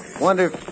Wonder